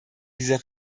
dieser